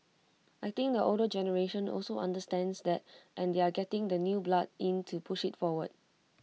I think the older generation also understands that and they are getting the new blood in to push IT forward